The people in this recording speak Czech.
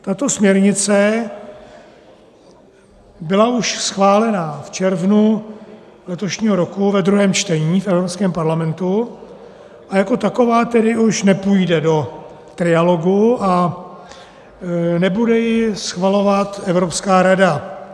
Tato směrnice byla už schválena v červnu letošního roku ve druhém čtení v Evropském parlamentu a jako taková už nepůjde do trialogu a nebude ji schvalovat Evropská rada.